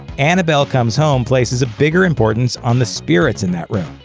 annabelle comes home places a bigger importance on the spirits in that room.